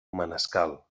manescal